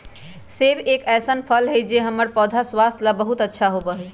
सेब एक ऐसन फल हई जो हम्मर स्वास्थ्य ला बहुत अच्छा होबा हई